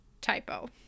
typo